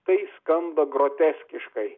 tai skamba groteskiškai